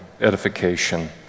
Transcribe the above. edification